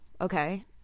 okay